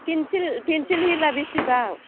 pencil हिलआ बेसेबां